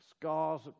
Scars